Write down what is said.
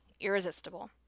irresistible